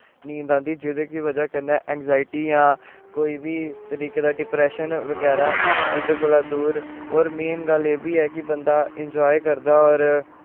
नींद आंदी जेह्दी बजाह् कन्नै इंग्जाइयटी जां कोई बी तरीके दा डिप्रैशन बगैरा उंदे कोला दूर होर मेन गल्ल एह् बी ऐ कि बंदा इंजाए करदा होर